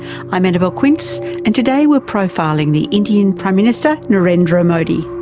i'm annabelle quince, and today we're profiling the indian prime minister narendra modi.